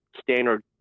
standard